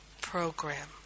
program